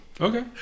Okay